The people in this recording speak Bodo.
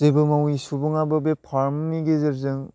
जेबो मावि सुबुङाबो बे फार्मनि गेजेरजों